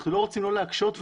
אנחנו לא רוצים להקשות.